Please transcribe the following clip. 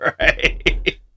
right